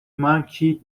monkey